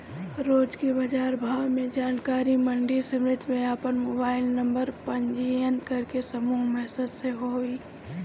रोज के बाजार भाव के जानकारी मंडी समिति में आपन मोबाइल नंबर पंजीयन करके समूह मैसेज से होई?